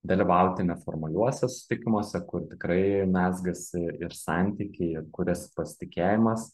dalyvauti neformaliuose susitikimuose kur tikrai mezgasi ir santykiai ir kuriasi pasitikėjimas